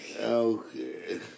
Okay